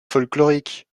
folklorique